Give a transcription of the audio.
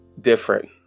different